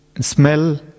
smell